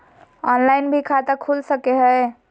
Online भी खाता खूल सके हय?